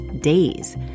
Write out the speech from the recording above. days